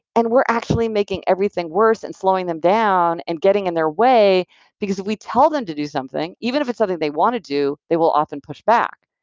and we're actually making everything worse and slowing them down and getting in their way because we tell them to do something. even if it's something they want to do, they will often push back,